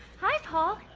hi, paul.